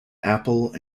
apple